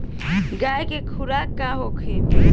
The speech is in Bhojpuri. गाय के खुराक का होखे?